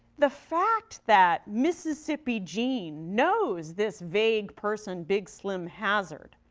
the fact that mississippi gene knows this vague person, big slim hazard,